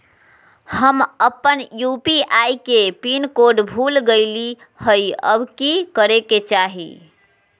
हम अपन यू.पी.आई के पिन कोड भूल गेलिये हई, अब की करे के चाही?